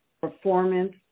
performance